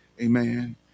Amen